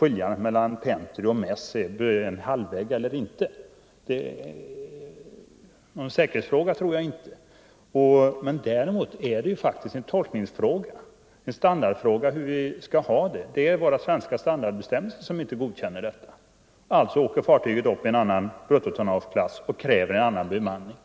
det finns en halvvägg mellan pentry och mäss har jag väldigt svårt att se som en säkerhetsfråga. Däremot är det en tolkningsfråga. Det är en fråga om hur vi skall ha det, en standardfråga. Det är våra svenska standardbestämmelser som inte godkänner detta förhållande. Fartyget åker 9” därför upp i en annan bruttotonnageklass och kräver en annan bemanning.